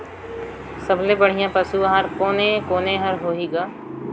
सबले बढ़िया पशु आहार कोने कोने हर होही ग?